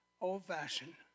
Old-fashioned